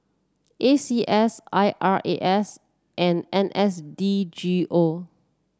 A C S I R A S and N S D G O